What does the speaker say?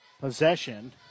possession